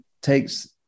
takes